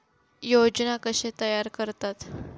योजना कशे तयार करतात?